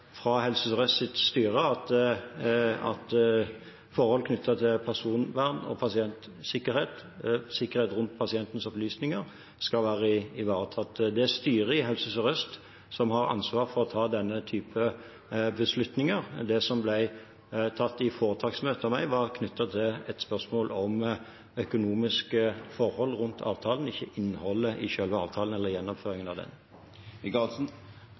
fra Helse Sør-Østs styre at forhold knyttet til personvern og pasientsikkerhet, sikkerhet rundt pasientenes opplysninger, skal være ivaretatt. Det er styret i Helse Sør-Øst som har ansvaret for å ta denne typen beslutninger. Beslutningen som ble tatt i foretaksmøtet av meg, var knyttet til et spørsmål om økonomiske forhold rundt avtalen og ikke innholdet i selve avtalen eller gjennomføringen av den.